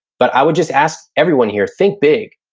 but i would just ask everyone here, think big.